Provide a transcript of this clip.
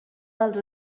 dels